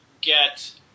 get